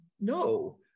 No